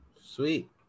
Sweet